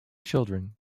children